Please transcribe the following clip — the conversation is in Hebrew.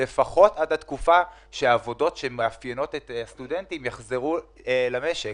לפחות עד התקופה שהעבודות שמאפיינות את הסטודנטים יחזרו למשק.